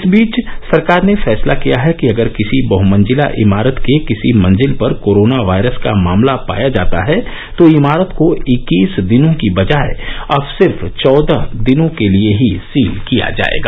इस बीच सरकार ने फैसला किया है कि अगर किसी बहमंजिला इमारत की किसी मंजिल पर कोरोना वायरस का मामला पाया जाता है तो इमारत को इक्कीस दिनों की बजाय अब सिर्फ चौहद दिनों के लिए ही सील किया जायेगा